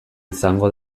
izango